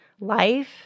life